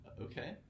Okay